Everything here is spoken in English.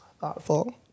Thoughtful